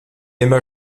emma